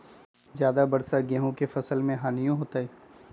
ज्यादा वर्षा गेंहू के फसल मे हानियों होतेई?